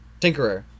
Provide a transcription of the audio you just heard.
Tinkerer